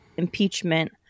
Impeachment